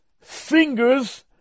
fingers